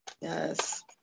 Yes